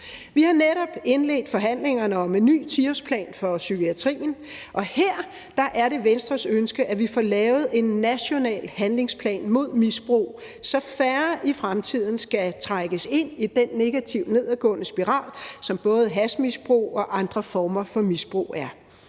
Vi har netop indledt forhandlingerne om en ny 10-årsplan for psykiatrien, og her er det Venstres ønske, at vi får lavet en national handlingsplan mod misbrug, så færre i fremtiden skal trækkes ind i den negative nedadgående spiral, som både hashmisbrug og andre former for misbrug er.